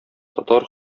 татар